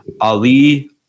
Ali